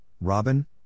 Robin